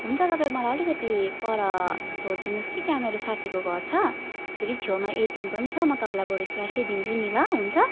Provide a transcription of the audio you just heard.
हुन्छ तपाईँ मलाई अलिकति पर छोडिदिनु होस् कि त्यहाँ मेरो साथीको घर छ फेरि छेउमा एटिएम पनि छ म तपाईँलाई बरु क्यास दिन्छु नि ल हुन्छ